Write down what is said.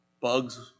bugs